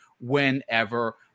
whenever